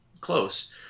Close